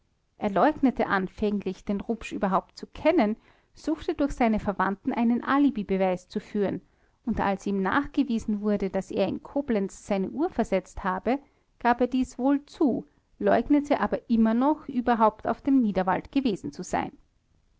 er leugnete anfänglich den rupsch überhaupt zu kennen suchte durch seine verwandten einen alibibeweis zu führen und als ihm nachgewiesen wurde daß er in koblenz seine uhr versetzt habe gab er dies wohl zu leugnete aber immer noch überhaupt auf dem niederwald gewesen zu sein